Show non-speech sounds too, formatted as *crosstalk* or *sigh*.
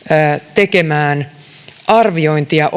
tekemään arviointia *unintelligible*